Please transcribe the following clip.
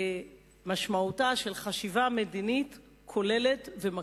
במשמעותה של חשיבה מדינית כוללת ומקפת,